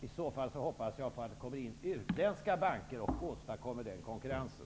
I så fall hoppas jag att det kommer in utländska banker och åstadkommer den konkurrensen.